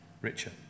richer